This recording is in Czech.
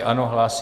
Ano, hlásí.